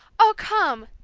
oh, come!